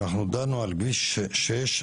אנחנו דנו על כביש שש,